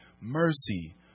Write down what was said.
mercy